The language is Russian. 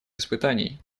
испытаний